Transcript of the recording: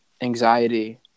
anxiety